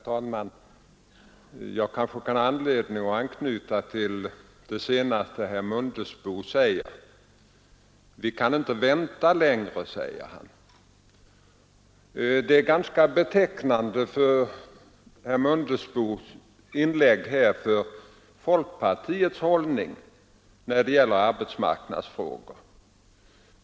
Herr talman! Jag kan kanske ha anledning att anknyta till det som herr Mundebo sade avslutningsvis. Han menade att vi inte kan vänta längre. Herr Mundebos inlägg är ganska betecknande för folkpartiets hållning i arbetsmarknadsfrågor.